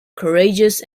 courageous